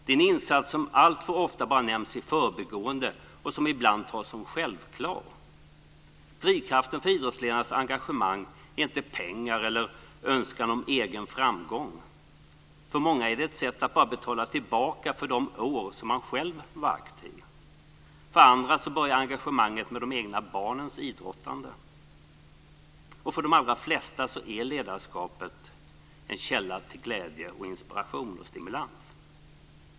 Det är en insats som alltför ofta bara nämns i förbigående och som ibland tas som självklar. Drivkraften för idrottsledarnas engagemang är inte pengar eller önskan om egen framgång, utan för många är det bara ett sätt att betala tillbaka för de år då de själva var aktiva. För andra börjar engagemanget med de egna barnens idrottande. Men för de allra flesta är ledarskapet en källa till glädje, inspiration och stimulans.